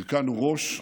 הרכנו ראש,